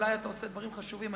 אולי אתה עושה דברים חשובים,